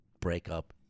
breakup